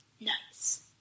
nice